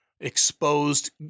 exposed